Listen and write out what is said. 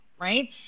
right